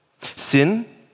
Sin